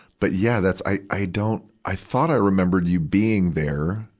but, yeah, that's, i, i don't, i thought i remembered you being there.